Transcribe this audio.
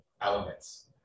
elements